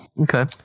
Okay